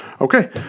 Okay